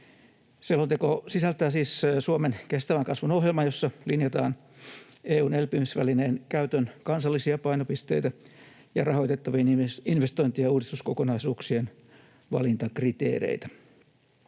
Selonteko sisältää siis Suomen kestävän kasvun ohjelman, jossa linjataan EU:n elpymisvälineen käytön kansallisia painopisteitä ja rahoitettavien investointien ja uudistuskokonaisuuksien valintakriteereitä.